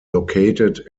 located